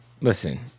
Listen